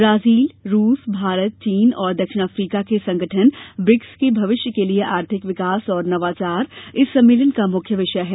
Brazil रूस भारत चीन और दक्षिण अफ्रीका के संगठन ब्रिक्स के भविष्य के लिए आर्थिक विकास और नवाचार इस सम्मेलन का मुख्य विषय है